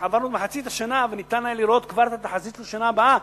עברנו את מחצית השנה וניתן היה לראות כבר את התחזית של השנה הבאה,